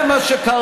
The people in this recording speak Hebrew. זה מה שקרה.